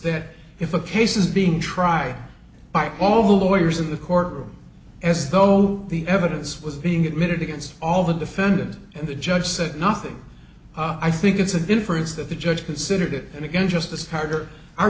that if a case is being tried by all the lawyers in the courtroom as though the evidence was being admitted against all the defendant and the judge said nothing i think it's an inference that the judge considered it and again justice harder